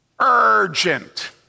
urgent